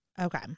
Okay